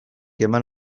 eman